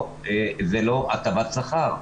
זו לא הטבת שכר.